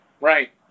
Right